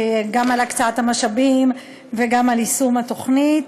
גם על הקצאת המשאבים וגם על יישום התוכנית,